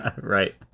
Right